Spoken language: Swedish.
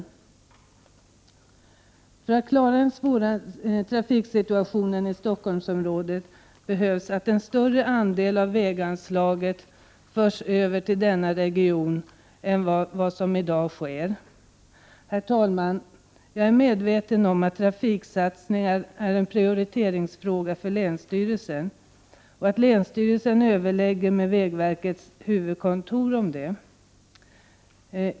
För att man skall klara av den svåra trafiksituationen i Stockholmsområdet behöver man föra över en större andel av väganslaget till denna region en vad man för över i dag. Herr talman! Jag är medveten om att trafiksatsningar är en fråga om prioritering för länsstyrelsen, och att länsstyrelsen överlägger med vägverkets huvudkontor om sådana satsningar.